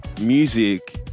music